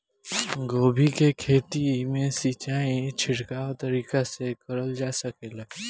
गोभी के खेती में सिचाई छिड़काव तरीका से क़रल जा सकेला?